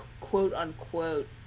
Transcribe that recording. quote-unquote